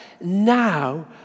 Now